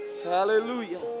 hallelujah